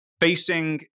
facing